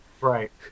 Right